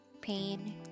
pain